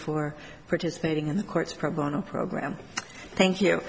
for participating in the court's pro bono program thank you